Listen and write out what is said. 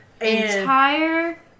Entire